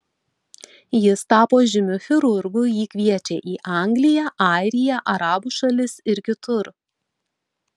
jis tapo žymiu chirurgu jį kviečia į angliją airiją arabų šalis ir kitur